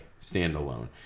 standalone